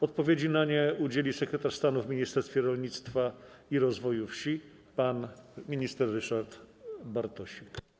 Odpowiedzi na nie udzieli sekretarz stanu w Ministerstwie Rolnictwa i Rozwoju Wsi pan minister Ryszard Bartosik.